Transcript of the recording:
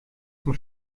zum